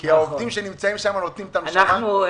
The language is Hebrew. כי העובדים שנמצאים שם נותנים את הנשמה.